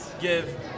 give